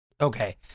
Okay